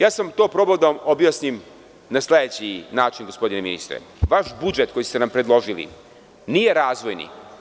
To sam probao da vam objasnim na sledeći način, gospodine ministre, vaš budžet koji ste nam predložili nije razvojni.